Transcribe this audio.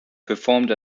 performed